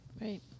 Right